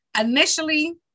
Initially